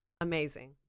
Amazing